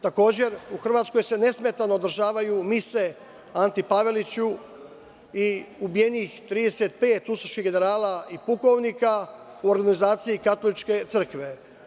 Takođe, u Hrvatskoj se nesmetano održavaju mise Anti Paveliću i ubijenih 35 ustaških generala i pukovnika u organizaciji katoličke crkve.